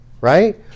right